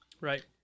Right